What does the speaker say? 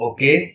Okay